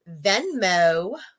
venmo